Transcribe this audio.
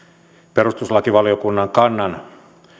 perustuslakivaliokunnan kannan